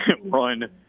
run